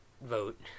vote